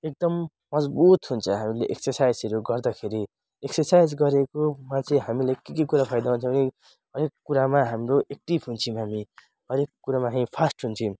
एकदम मजबुत हुन्छ हामीले एक्सरसाइजहरू गर्दाखेरि एक्सरसाइज गरेकोमा चाहिँ हामीले के के कुरा फाइदा हुन्छ भने हरेक कुरामा हाम्रो एक्टिभ हुन्छौँ हामी हरेक कुरामा नै फास्ट हुन्छौँ